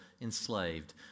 enslaved